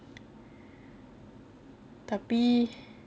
tapi